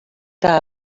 que